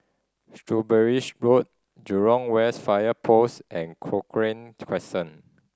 Shrewsbury Road Jurong West Fire Post and Cochrane Crescent